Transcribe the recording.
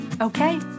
Okay